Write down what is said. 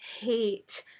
hate